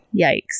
Yikes